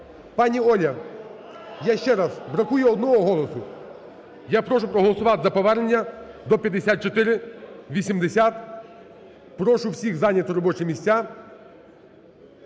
Пані Оля, я ще раз: бракує одного голосу. Я прошу проголосувати за повернення до 5480. Прошу всіх зайняти робочі місця.